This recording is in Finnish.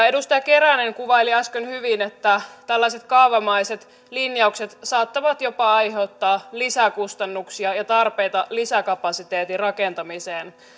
edustaja keränen kuvaili äsken hyvin että tällaiset kaavamaiset linjaukset saattavat jopa aiheuttaa lisäkustannuksia ja tarpeita lisäkapasiteetin rakentamiseen